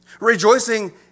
Rejoicing